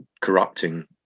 corrupting